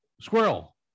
squirrel